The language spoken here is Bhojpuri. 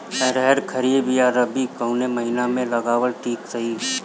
अरहर खरीफ या रबी कवने महीना में लगावल ठीक रही?